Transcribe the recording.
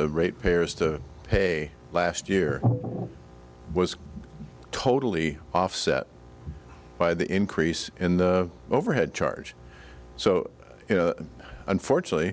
the rate payers to pay last year was totally offset by the increase in the overhead charge so unfortunately